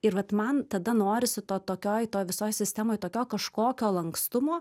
ir vat man tada norisi to tokioj toj visoj sistemoj tokio kažkokio lankstumo